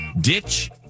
Ditch